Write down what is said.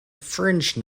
fringe